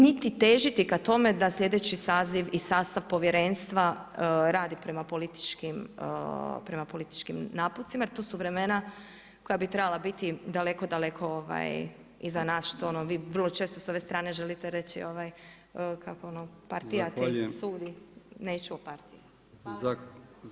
Niti težiti ka tome, da sljedeći saziv i sastav povjerenstva, radi prema političkim napucima, jer tu su vremena, koja bi trebala biti daleko, daleko iza nas, što ono vi vrlo često sa ove strane želite reći, kako ono partijate, sudi, neću o partiji.